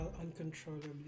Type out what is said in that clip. uncontrollably